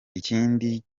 ikindi